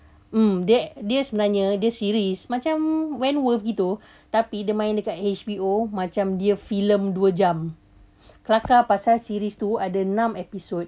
mm dia sebenarnya dia series macam wentworth gitu tapi dia main kat H_B_O macam dia filem dua jam kelakar pasal series tu ada enam episode